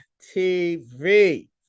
tv